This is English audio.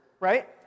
right